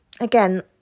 Again